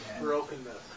Brokenness